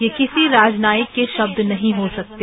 ये किसी राजनायिक के शब्द नहीं हो सकते